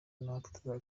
natwe